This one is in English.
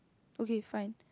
okay fine